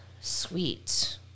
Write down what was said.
Sweet